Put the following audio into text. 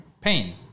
pain